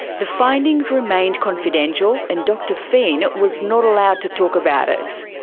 the findings remained confidential and dr feain was not allowed to talk about it.